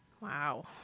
Wow